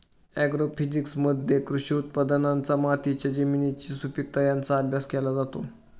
ॲग्रोफिजिक्समध्ये कृषी उत्पादनांचा मातीच्या जमिनीची सुपीकता यांचा अभ्यास केला जातो